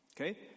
Okay